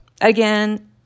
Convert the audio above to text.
again